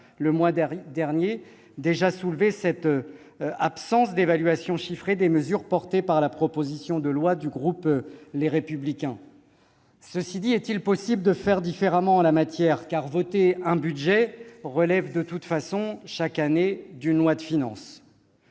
nous avions déjà soulevé cette absence d'évaluation chiffrée des mesures contenues dans la proposition de loi du groupe Les Républicains. Cela dit, est-il possible de faire différemment ? Le vote d'un budget relève de toute façon d'une loi de finances